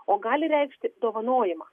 o gali reikšti dovanojimą